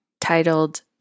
titled